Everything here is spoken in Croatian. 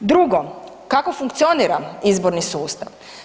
Drugo, kako funkcionira izborni sustav?